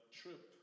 trip